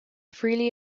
freely